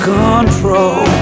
control